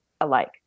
alike